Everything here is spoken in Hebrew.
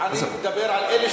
אני מדבר על אלה